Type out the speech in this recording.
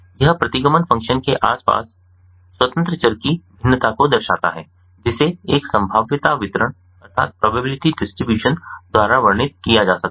यह प्रतिगमन फ़ंक्शन के आसपास स्वतंत्र चर की भिन्नता को दर्शाता है जिसे एक संभाव्यता वितरण द्वारा वर्णित किया जा सकता है